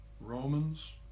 Romans